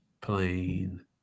Plain